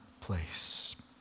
place